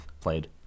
played